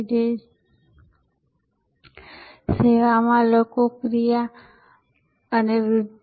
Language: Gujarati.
જે છે સેવા માં લોકો પ્રક્રિયા અને વૃધ્ધિ